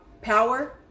Power